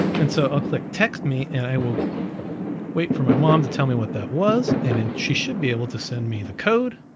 and so i'll click text me, and i will wait for my mom to tell me what that was, and and then she should be able to send me the code.